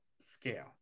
scale